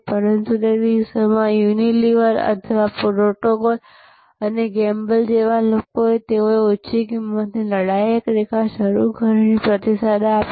પરંતુ તે દિવસોમાં યુનિલિવર અથવા પ્રોક્ટોલ ગેમબલ જેવા લોકો તેઓએ ઓછી કિંમતની લડાયક રેખા શરૂ કરીને પ્રતિસાદ આપ્યો